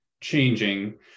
changing